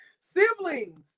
siblings